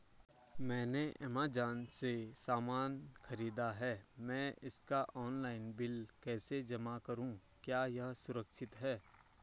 मैंने ऐमज़ान से सामान खरीदा है मैं इसका ऑनलाइन बिल कैसे जमा करूँ क्या यह सुरक्षित है?